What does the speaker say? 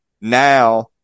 now